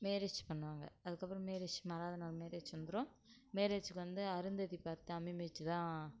marriage பண்ணுவாங்க அதுக்கப்புறம் marriage நாலாவது நாள் மேரேஜ் முடிஞ்சதுக்கப்புறம் மேரேஜ்க்கு வந்து அருந்ததி பார்த்து அம்மி மிதித்துதான்